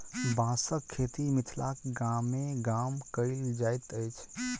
बाँसक खेती मिथिलाक गामे गाम कयल जाइत अछि